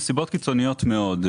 נסיבות קיצוניות מאוד,